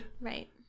Right